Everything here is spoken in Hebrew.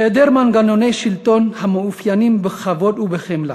היעדר מנגנוני שלטון המאופיינים בכבוד ובחמלה